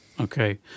Okay